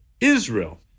Israel